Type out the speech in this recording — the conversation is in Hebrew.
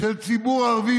של ציבור ערבי.